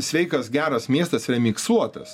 sveikas geras miestas yra miksuotas